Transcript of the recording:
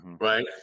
right